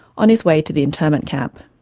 on his way to the internment camp.